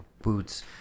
Boots